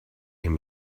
him